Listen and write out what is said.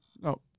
no